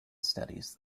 studies